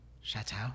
Chateau